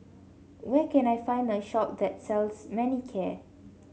where can I find a shop that sells Manicare